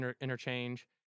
interchange